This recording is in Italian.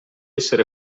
esser